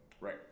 Right